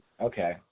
Okay